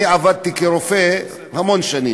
אני עבדתי כרופא המון שנים,